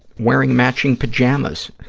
wearing matching pajamas,